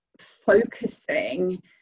focusing